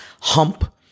hump